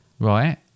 Right